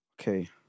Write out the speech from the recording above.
Okay